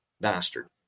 bastard